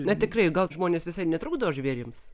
na tikrai gal žmonės visai netrukdo žvėrims